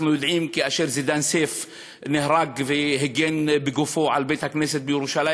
אנחנו יודעים שכאשר זידאן סייף הגן בגופו על בית-הכנסת בירושלים